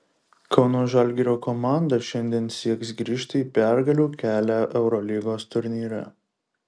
kauno žalgirio komanda šiandien sieks grįžti į pergalių kelią eurolygos turnyre